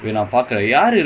ya nice